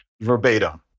verbatim